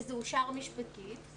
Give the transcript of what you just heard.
וזה אושר משפטית,